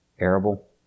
arable